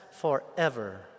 forever